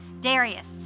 Darius